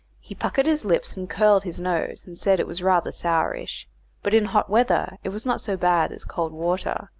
he puckered his lips and curled his nose, and said it was rather sourish but in hot weather it was not so bad as cold water,